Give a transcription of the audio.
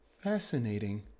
fascinating